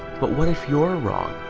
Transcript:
but what if you are wrong?